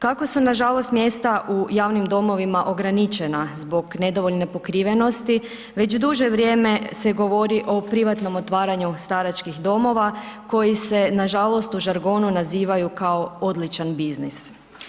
Kako su nažalost mjesta u javnim domovima ograničena zbog nedovoljne pokrivenosti, već duže vrijeme se govori o privatnom otvaranju staračkih domova koji se nažalost u žargonu nazivaju kao odličan biznis.